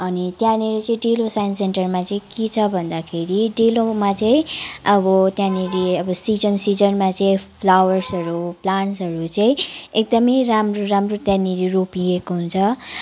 अनि त्यहाँनिर चाहिँ डेलो साइन्स सेन्टरमा चाहिँ के छ भन्दाखेरि डेलोमा चाहिँ अब त्यहाँ निर सिजन सिजनमा चाहिँ फ्लावर्सहरू प्लान्टसहरू चाहिँ एकदमै राम्रो राम्रो त्यहाँनिर रोपिएको हुन्छ